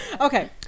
Okay